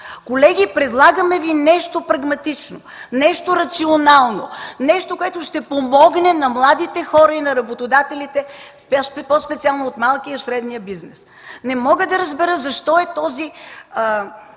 Колеги, предлагаме Ви нещо прагматично, нещо рационално, нещо, което ще помогне на младите хора и на работодателите по-специално от малкия и средния бизнес. Не мога да разбера защо е този